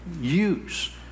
use